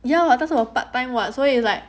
yeah that's cause of part time [what] so it's like